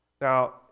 Now